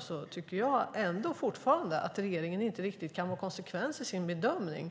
Därför tycker jag fortfarande att det är märkligt att regeringen inte är riktigt konsekvent i sin bedömning